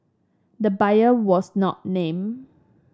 the buyer was not named